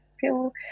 feel